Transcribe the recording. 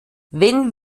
wenn